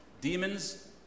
demons